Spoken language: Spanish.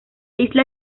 isla